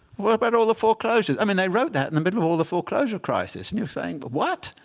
what about all the foreclosures? i mean, they wrote that in the middle of all the foreclosure crisis. and you're saying, but what?